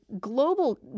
global